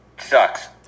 sucks